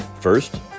First